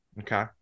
Okay